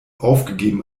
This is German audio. aufgegeben